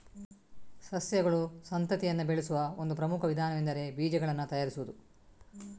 ಸಸ್ಯಗಳು ಸಂತತಿಯನ್ನ ಬೆಳೆಸುವ ಒಂದು ಪ್ರಮುಖ ವಿಧಾನವೆಂದರೆ ಬೀಜಗಳನ್ನ ತಯಾರಿಸುದು